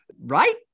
Right